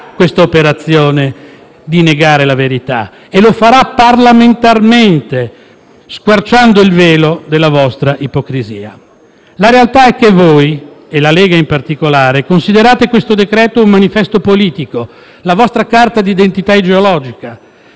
questa operazione, ovvero di negare la verità, e lo farà parlamentarmente, squarciando il velo della vostra ipocrisia. La realtà è che voi - e la Lega in particolare - considerate questo decreto-legge un manifesto politico, la vostra carta d'identità ideologica.